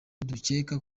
dukeka